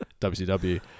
WCW